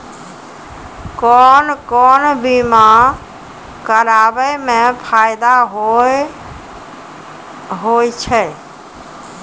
कोन कोन बीमा कराबै मे फायदा होय होय छै?